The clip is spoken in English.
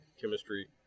chemistry